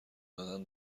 دادن